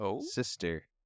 sister